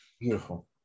beautiful